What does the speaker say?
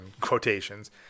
quotations